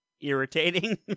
irritating